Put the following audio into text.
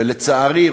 ולצערי,